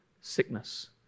sickness